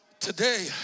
today